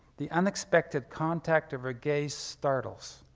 the unexpected contact of her gaze startles,